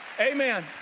Amen